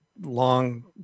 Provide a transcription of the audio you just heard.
long